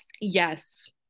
yes